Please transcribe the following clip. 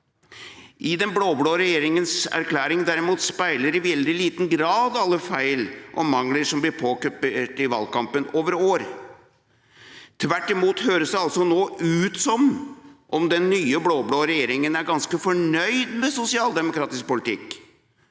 Den blå-blå regjeringas erklæring derimot speiler i veldig liten grad alle feil og mangler – i valgkampen over år. Tvert imot høres det nå ut som om den nye blå-blå regjeringa er ganske fornøyd med sosialdemokratisk politikk.